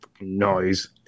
noise